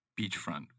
beachfront